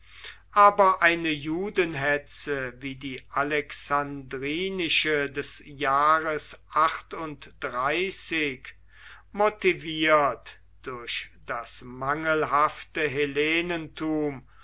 aber eine judenhetze wie die alexandrinische des jahres motiviert durch das mangelhafte